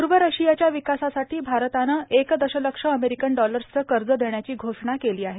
पूर्व रशियाच्या विकासासाठी भारतानं एक दशलक्ष अमेरिकन डॉलर्सचं कर्ज देण्याची घोषणा केली आहे